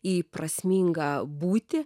į prasmingą būtį